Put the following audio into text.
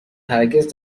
هرگز